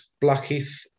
Blackheath